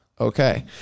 Okay